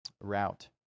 route